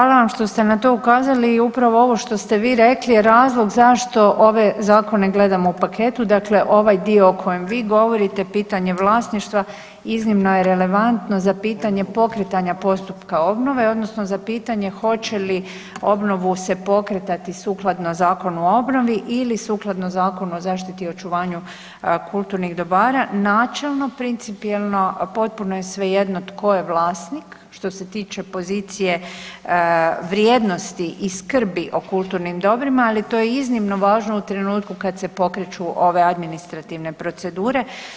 Hvala vam što ste na to ukazali i upravo ovo što ste vi rekli je razlog zašto ove zakone gledamo u paketu, dakle ovaj dio o kojem vi govorite pitanje vlasništva iznimno je relevantno za pitanje pokretanja postupka obnove odnosno za pitanje hoće li obnovu se pokretati sukladno Zakonu o obnovi ili sukladno Zakonu o zaštiti i očuvanju kulturnih dobara, načelno principijelno potpuno je svejedno tko je vlasnik što se tiče pozicije vrijednosti i skrbi o kulturnim dobrima, ali to je iznimno važno u trenutku kad se pokreću ove administrativne procedure.